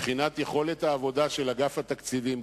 מבחינת יכולת העבודה של אגף התקציבים,